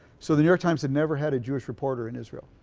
so the new york times had never had a jewish reporter in israel.